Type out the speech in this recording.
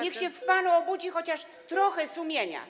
Niech się w panu obudzi chociaż trochę sumienia.